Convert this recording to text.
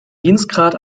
dienstgrad